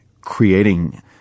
creating